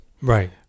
right